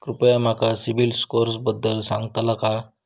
कृपया माका सिबिल स्कोअरबद्दल सांगताल का?